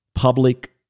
public